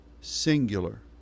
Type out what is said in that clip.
singular